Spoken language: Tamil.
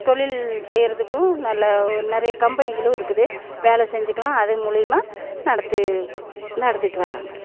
தொழில் செய்யறதுக்கும் நல்ல ஒரு நிறைய கம்பெனிங்களும் இருக்குது வேலை செஞ்சிக்குலான் அதே மூலியமாக நடத்தி நடத்திகிட்டு வராங்க